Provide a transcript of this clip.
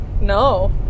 No